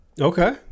Okay